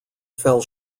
fell